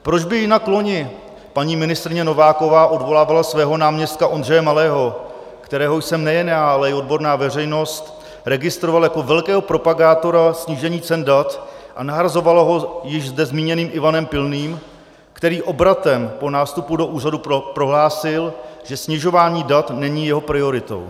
Proč by jinak loni paní ministryně Nováková odvolávala svého náměstka Ondřeje Malého, kterého jsme nejen já, ale i odborná veřejnost registrovali jako velkého propagátora snížení cen dat, a nahrazovala ho již zde zmíněným Ivanem Pilným, který obratem po nástupu do úřadu prohlásil, že snižování dat není jeho prioritou?